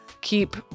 keep